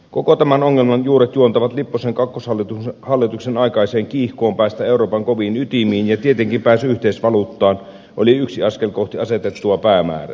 koko tämän ongelman juuret juontavat lipposen kakkoshallituksen aikaiseen kiihkoon päästä euroopan koviin ytimiin ja tietenkin pääsy yhteisvaluuttaan oli yksi askel kohti asetettua päämäärää